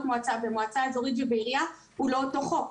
מועצה במועצה אזורית ועירייה הוא לא אותו חוק.